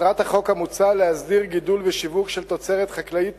מטרת החוק המוצע היא להסדיר גידול ושיווק של תוצרת חקלאית